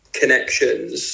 connections